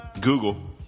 Google